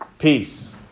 Peace